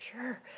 sure